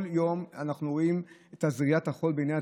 כל יום אנחנו רואים את זריית החול בעיני הציבור,